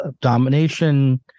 domination